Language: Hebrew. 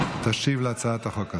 תשיב להצעת החוק הזאת.